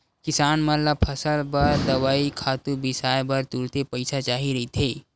किसान मन ल फसल बर दवई, खातू बिसाए बर तुरते पइसा चाही रहिथे